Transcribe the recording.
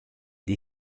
des